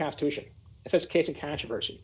constitution this case of controversy